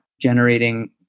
generating